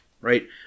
right